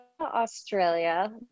Australia